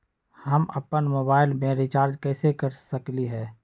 हम अपन मोबाइल में रिचार्ज कैसे कर सकली ह?